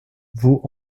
vaux